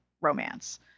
romance